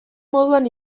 moduan